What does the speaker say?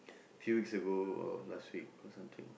few weeks ago or last week or something